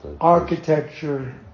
Architecture